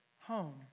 home